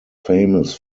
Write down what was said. famous